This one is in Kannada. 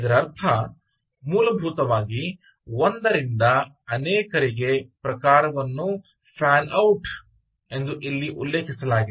ಇದರರ್ಥ ಮೂಲಭೂತವಾಗಿ ಒಂದರಿಂದ ಅನೇಕರಿಗೆ ಪ್ರಕಾರವನ್ನು ಫ್ಯಾನ್ ಔಟ್ ಎಂದು ಇಲ್ಲಿ ಉಲ್ಲೇಖಿಸಲಾಗಿದೆ